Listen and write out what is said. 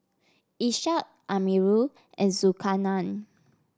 Ishak Amirul and Zulkarnain